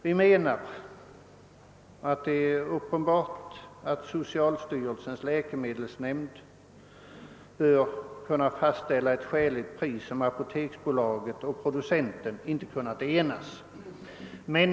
Vi finner det rimligt att »socialstyrelsens läkemedelsnämnd kan fastställa ett skäligt pris om apoteksbolaget och vederbörande producent inte kunnat enas».